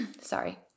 Sorry